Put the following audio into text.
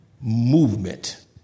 movement